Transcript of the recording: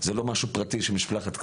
זה לא משהו פרטי של משפחת קליינרמן,